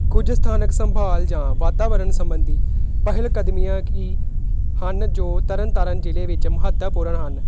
ਕੁਝ ਸਥਾਨਕ ਸੰਭਾਲ ਜਾਂ ਵਾਤਾਵਰਨ ਸੰਬੰਧੀ ਪਹਿਲਕਦਮੀਆਂ ਕੀ ਹਨ ਜੋ ਤਰਨਤਾਰਨ ਜ਼ਿਲ੍ਹੇ ਵਿੱਚ ਮਹੱਤਵਪੂਰਨ ਹਨ